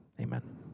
Amen